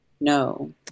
No